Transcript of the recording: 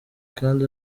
kandi